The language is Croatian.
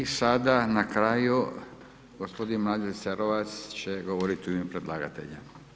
I sada na kraju gospodin Mladen Cerovac će govoriti u ime predlagatelja.